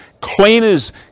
cleaners